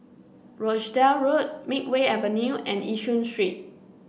Rochdale Road Makeway Avenue and Yishun Street